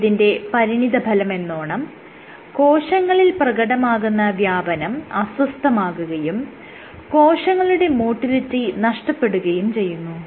ഇതിന്റെ പരിണിതഫലമെന്നോണം കോശങ്ങളിൽ പ്രകടമാകുന്ന വ്യാപനം അസ്വസ്ഥമാകുകയും കോശങ്ങളുടെ മോട്ടിലിറ്റി നഷ്ടപ്പെടുകയും ചെയ്യുന്നു